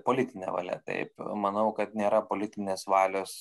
politine valia taip manau kad nėra politinės valios